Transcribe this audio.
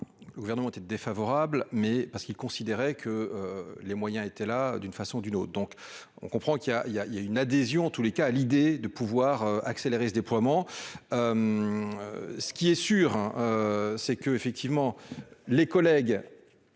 le gouvernement était défavorable, mais parce qu'il considérait que les moyens étaient là, d'une façon d'une autre, donc on comprend qu'il y a, il y a, il y a une adhésion en tous les cas à l'idée de pouvoir accélérer ce déploiement, ce qui est sûr, c'est que, effectivement, les collègues